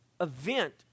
event